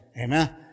Amen